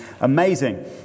amazing